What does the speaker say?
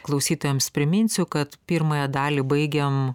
klausytojams priminsiu kad pirmąją dalį baigėm